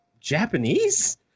japanese